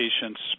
patients